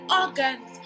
organs